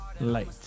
light